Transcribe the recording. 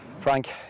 Frank